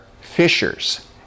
fishers